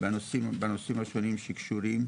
בנושאים השונים שקשורים.